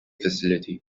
facility